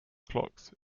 clocks